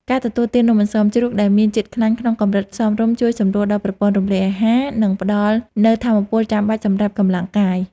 ការទទួលទាននំអន្សមជ្រូកដែលមានជាតិខ្លាញ់ក្នុងកម្រិតសមរម្យជួយសម្រួលដល់ប្រព័ន្ធរំលាយអាហារ និង ផ្ដល់នូវថាមពលចាំបាច់សម្រាប់កម្លាំងកាយ។